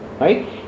right